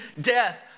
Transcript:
death